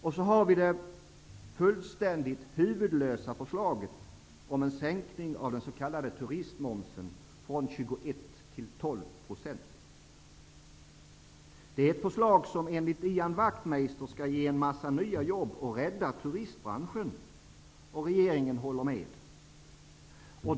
Och så har vi det fullständigt huvudlösa förslaget om en sänkning av den s.k. turistmomsen från 21 % till 12 %. Detta är ett förslag som enligt Ian Wachtmeister skall ge en massa nya jobb och rädda turistbranschen. Och regeringen håller med!